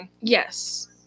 yes